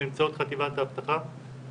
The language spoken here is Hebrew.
באמצעות חטיבת האבטחה.